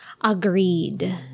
Agreed